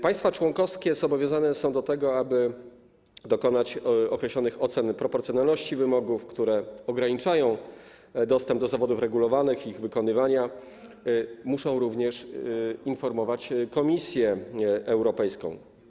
Państwa członkowskie zobowiązane są do tego, aby dokonać określonych ocen proporcjonalności wymogów, które ograniczają dostęp do zawodów regulowanych i ich wykonywanie, muszą również informować Komisję Europejską.